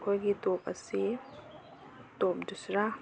ꯑꯩꯈꯣꯏꯒꯤ ꯇꯣꯞ ꯑꯁꯤ ꯇꯣꯞ ꯗꯨꯁꯥꯔꯥ